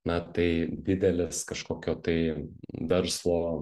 na tai didelis kažkokio tai verslo